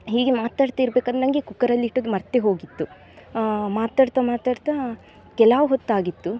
ಹೀಗೆ ಮಾತಾಡ್ತಿರ್ಬೇಕಾದ್ರೆ ನನಗೆ ಕುಕ್ಕರಲ್ಲಿಟ್ಟದ್ದು ಮರೆತೆ ಹೋಗಿತ್ತು ಮಾತಾಡ್ತಾ ಮಾತಾಡ್ತಾ ಕೆಲವು ಹೊತ್ತಾಗಿತ್ತು